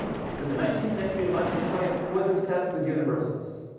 through the nineteenth century and much of the twentieth, was obsessed with universals.